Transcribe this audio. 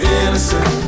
innocent